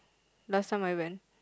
last time I went